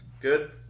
good